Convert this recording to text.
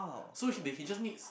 so he then he just needs